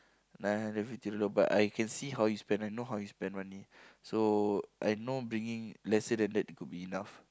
nine hundred fifty dollar but I can see how you spend I know how you spend money so I know bringing lesser than that could be enough